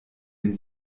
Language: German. den